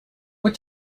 what